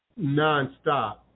nonstop